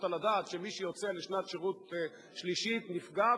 על הדעת שמי שיוצא לשנת שירות שלישית נפגע,